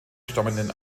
stammenden